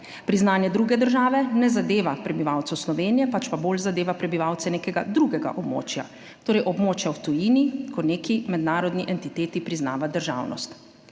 Priznanje druge države ne zadeva prebivalcev Slovenije, pač pa bolj zadeva prebivalce nekega drugega območja, torej območja v tujini, ko neki mednarodni entiteti priznava državnost.